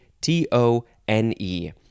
T-O-N-E